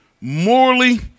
morally